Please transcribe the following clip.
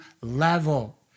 level